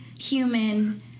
human